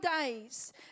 days